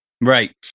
right